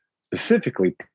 specifically